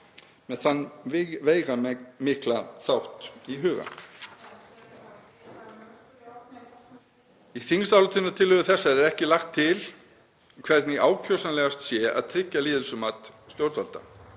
með þann veigamikla þátt í huga. Í þingsályktunartillögu þessari er ekki lagt til hvernig ákjósanlegast sé að tryggja lýðheilsumat stjórnvalda.